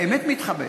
באמת מתחבט.